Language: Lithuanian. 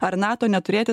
ar nato neturėti